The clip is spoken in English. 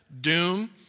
doom